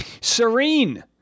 Serene